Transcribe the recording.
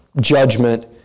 judgment